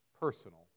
Personal